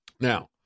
Now